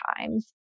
times